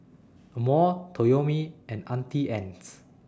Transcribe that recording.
Amore Toyomi and Auntie Anne's